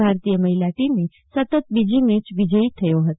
ભારતીય મહિલા ટીમે સતત બીજી મેય વિજય થયો છે